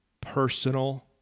personal